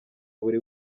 buri